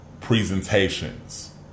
presentations